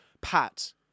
Pat